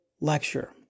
lecture